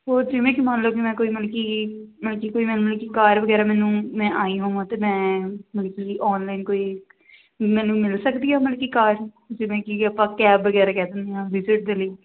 ਹੋਰ ਜਿਵੇਂ ਕਿ ਮੰਨ ਲਓ ਕਿ ਮੈਂ ਕੋਈ ਮਤਲਬ ਕਿ ਮਤਲਬ ਕਿ ਕੋਈ ਮੈਨੂੰ ਕਾਰ ਵਗੈਰਾ ਮੈਨੂੰ ਮੈਂ ਆਈ ਹੋਵਾਂ ਅਤੇ ਮੈਂ ਮਤਲਬ ਕਿ ਆਨਲਾਈਨ ਕੋਈ ਮੈਨੂੰ ਮਿਲ ਸਕਦੀ ਹੈ ਮਤਲਬ ਕਿ ਕਾਰ ਜਿਵੇਂ ਕਿ ਆਪਾਂ ਕੈਬ ਵਗੈਰਾ ਕਹਿ ਸਕਦੇ ਹਾਂ ਵਿਜ਼ਿਟ ਦੇ ਲਈ